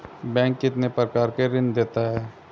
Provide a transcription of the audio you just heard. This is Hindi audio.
बैंक कितने प्रकार के ऋण देता है?